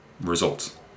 results